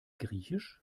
griechisch